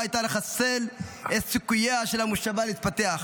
הייתה לחסל את סיכוייה של המושבה להתפתח.